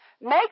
make